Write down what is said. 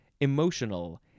emotional